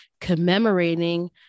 commemorating